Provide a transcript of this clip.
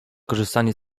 korzystanie